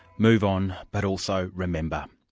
move on, but also remember.